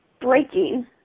breaking